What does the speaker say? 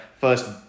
first